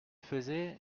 faisait